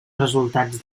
resultats